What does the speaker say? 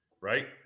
right